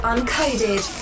Uncoded